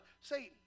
Satan